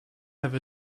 have